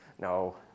No